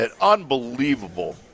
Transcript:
unbelievable